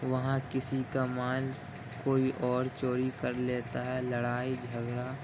وہاں کسی کا مال کوئی اور چوری کر لیتا ہے لڑائی جھگڑا